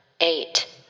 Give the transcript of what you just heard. eight